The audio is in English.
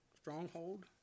stronghold